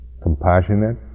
compassionate